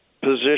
position